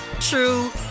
true